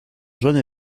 jaune